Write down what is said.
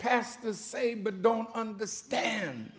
past the same but don't understand